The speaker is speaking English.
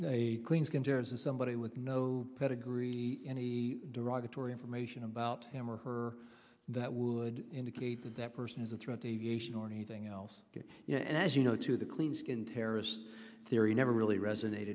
and somebody with no pedigree any derogatory information about him or her that would indicate that that person is a threat to aviation or anything else and as you know to the clean skin terrorists theory never really resonate